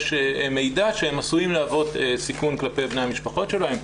יש מידע שהם עשויים להוות סיכון כלפי בני המשפחות שלהם,